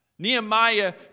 Nehemiah